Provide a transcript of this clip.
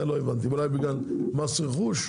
אולי בגלל מס רכוש.